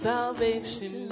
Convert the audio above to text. Salvation